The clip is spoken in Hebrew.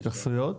התייחסויות?